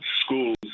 schools